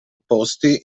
opposti